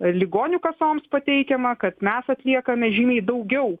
ligonių kasoms pateikiama kad mes atliekame žymiai daugiau